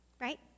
right